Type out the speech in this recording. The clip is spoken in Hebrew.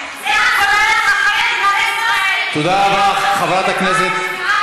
תודה רבה לך,